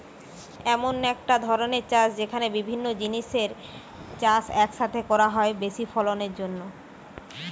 এমন একটা ধরণের চাষ যেখানে বিভিন্ন জিনিসের চাষ এক সাথে করা হয় বেশি ফলনের জন্যে